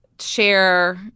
share –